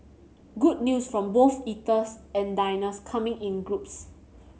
good news from both eaters and diners coming in groups